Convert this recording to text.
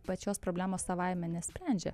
pačios problemos savaime nesprendžia